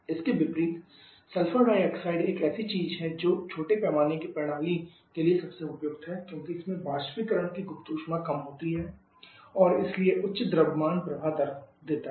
इसके विपरीत sulphur dioxide एक ऐसी चीज है जो छोटे पैमाने की प्रणाली के लिए सबसे उपयुक्त है क्योंकि इसमें वाष्पीकरण की गुप्त ऊष्मा कम होती है और इसलिए उच्च द्रव्यमान प्रवाह दर देता है